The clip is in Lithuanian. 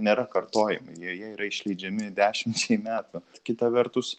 nėra kartojami jie jie yra išleidžiami dešimčiai metų kita vertus